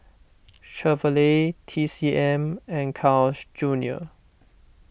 Chevrolet T C M and Carl's Junior